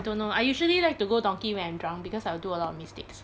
I don't know I usually like to go donki when I'm drunk because I will do a lot of mistakes